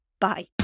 Bye